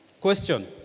Question